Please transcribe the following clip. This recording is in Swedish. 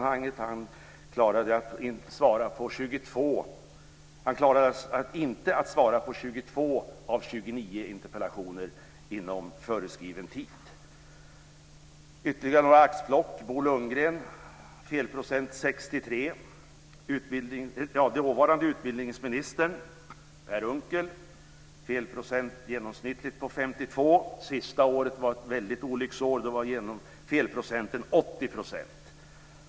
Han klarade inte av att inom föreskriven tid svara på 22 av 29 interpellationer. Jag har ytterligare några axplock. Bo Lundgrens felprocent är 63 %. Dåvarande utbildningsminister Per Unckel har en genomsnittlig felprocent på 52 %. Sista året var ett olycksår. Då var felprocenten 80 %.